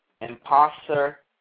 imposter